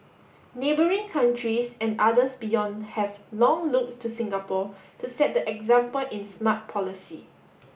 neighbouring countries and others beyond have long looked to Singapore to set the example in smart policy